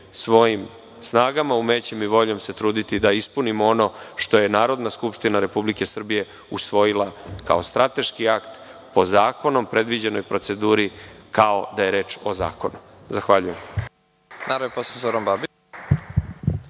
svojim snagama, umećem i voljom se truditi da ispunimo ono što je Narodna skupština Republike Srbije usvojila kao strateški akt po zakonom predviđenoj proceduri kao da je reč o zakonu. Zahvaljuje.